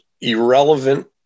irrelevant